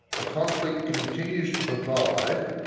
the conflict continues to provide,